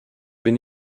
bin